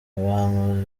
abahanuzi